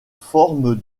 forme